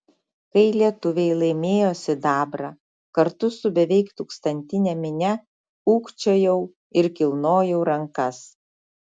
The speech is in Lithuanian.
kai lietuviai laimėjo sidabrą kartu su beveik tūkstantine minia ūkčiojau ir kilnojau rankas